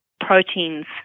proteins